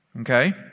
okay